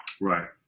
Right